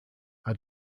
are